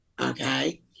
Okay